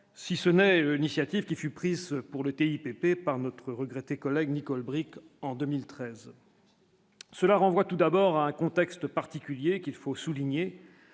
si ce n'est ni sciatique qui fut prise pour le TIPP par notre regretté collègue Nicole Bricq en 2013. Cela renvoie tout d'abord un contexte particulier qu'il faut souligner,